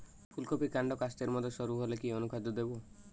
ফুলকপির কান্ড কাস্তের মত সরু হলে কি অনুখাদ্য দেবো?